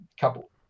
couple